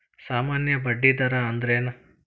ಸಾಮಾನ್ಯ ಬಡ್ಡಿ ದರ ಅಂದ್ರೇನ?